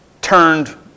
turned